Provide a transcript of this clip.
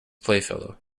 playfellow